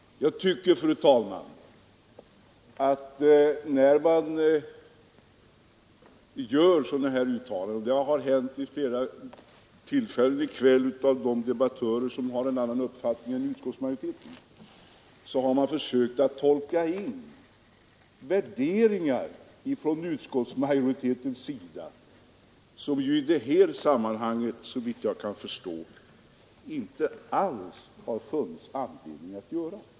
I uttalanden av det här slaget — det har gjorts vid flera tillfällen i kväll av de debattörer som har en annan uppfattning än utskottsmajoriteten — har man försökt tolka in värderingar från utskottsmajoritetens sida som den såvitt jag kan förstå inte alls har haft.